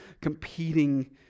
competing